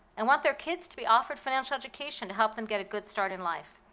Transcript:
and want their kids to be offered financial education to help them get a good start in life.